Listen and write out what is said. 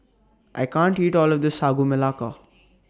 I can't eat All of This Sagu Melaka